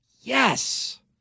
Yes